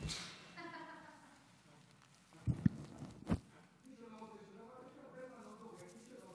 חבר הכנסת